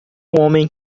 homem